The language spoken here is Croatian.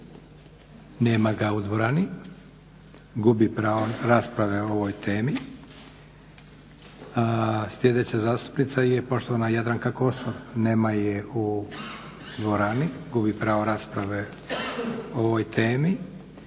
Nema ga u dvorani gubi pravo rasprave o ovoj temi. Sljedeća zastupnica je poštovana Jadranka Kosor. Nema je u dvorani gubi pravo rasprave o ovoj temi.